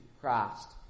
Christ